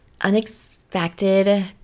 unexpected